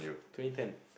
twenty ten